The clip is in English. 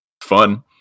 fun